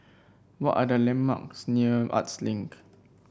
what are the landmarks near Arts Link